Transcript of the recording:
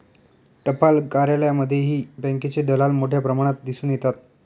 टपाल कार्यालयांमध्येही बँकेचे दलाल मोठ्या प्रमाणात दिसून येतात